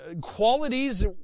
qualities